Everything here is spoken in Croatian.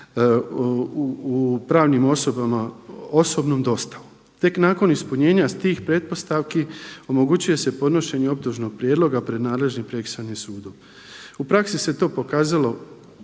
u pravnim osobama osobnom dostavom. Tek nakon ispunjenja tih pretpostavki omogućuje se podnošenje optužnog prijedloga pred nadležnim prekršajnim sudom. U praksi se to pokazalo